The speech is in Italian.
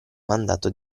mandato